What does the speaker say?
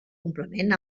complement